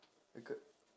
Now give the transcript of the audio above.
becau~